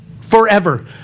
forever